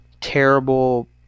terrible